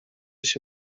się